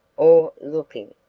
or looking,